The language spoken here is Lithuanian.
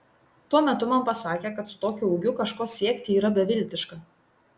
tuo metu man pasakė kad su tokiu ūgiu kažko siekti yra beviltiška